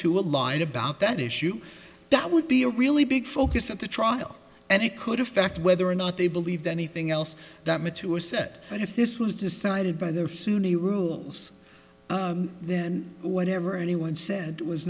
to align about that issue that would be a really big focus of the trial and it could affect whether or not they believe that anything else that mature said but if this was decided by the sunni rules then whatever anyone said was